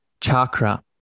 chakra